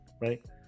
right